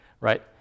right